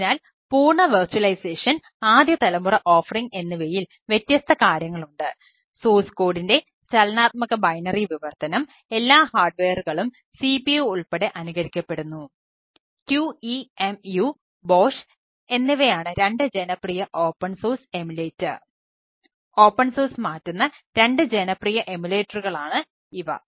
അതിനാൽ പൂർണ്ണ വിർച്വലൈസേഷൻ ഇവ